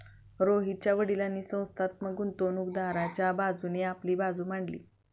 रोहितच्या वडीलांनी संस्थात्मक गुंतवणूकदाराच्या बाजूने आपली बाजू मांडली